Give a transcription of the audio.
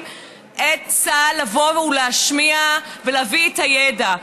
את צה"ל לבוא ולהשמיע ולהביא את הידע.